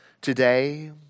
Today